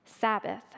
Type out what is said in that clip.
Sabbath